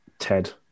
ted